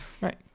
right